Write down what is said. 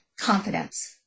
confidence